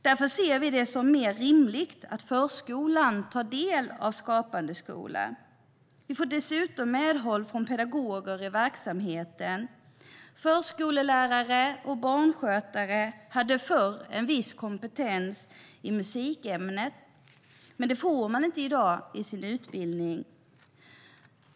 Därför ser vi det som mer rimligt att förskolan tar del av Skapande skola. Vi får dessutom medhåll från pedagoger i verksamheten. Förskollärare och barnskötare hade förr en viss kompetens i musikämnet. Det får man inte i dag i sin utbildning.